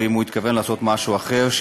ואם הוא התכוון לעשות משהו אחר,